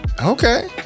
Okay